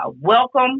welcome